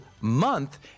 month